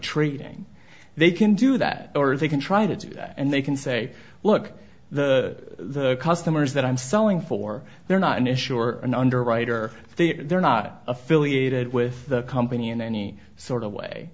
trading they can do that or they can try to do that and they can say look the customers that i'm selling for they're not an issue or an underwriter they're not affiliated with the company in any sort of way